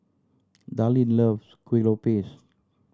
Darlene loves Kuih Lopes